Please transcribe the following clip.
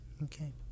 Okay